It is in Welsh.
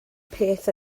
peth